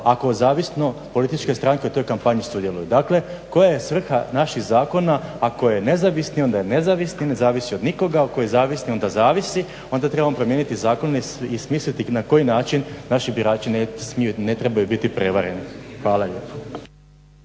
ako zavisno političke stranke u toj kampanji sudjeluju. Dakle koja je svrha naših zakona? Ako je nezavisni onda je nezavisni i ne zavisi od nikoga, ako je zavisni onda zavisi. Onda trebamo promijeniti zakon i smisliti na koji način naši birači ne trebaju biti prevareni. Hvala lijepo.